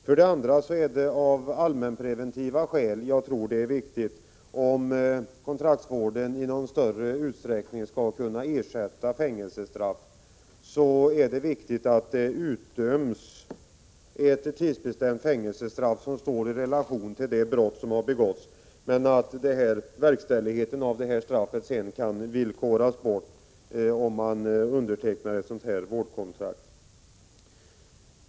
För det andra är det av allmänpreventiva skäl viktigt, om kontraktsvården i någon större utsträckning skall kunna ersätta fängelsestraff, att det utdöms ett tidsbestämt fängelsestraff som står i relation till det brott som har begåtts men att verkställigheten av detta straff kan villkoras bort om man undertecknar ett vårdkontrakt.